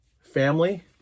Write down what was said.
family